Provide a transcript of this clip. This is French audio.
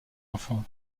enfants